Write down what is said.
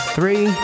Three